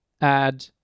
add